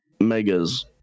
megas